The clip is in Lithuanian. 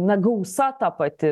na gausa ta pati